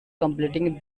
completing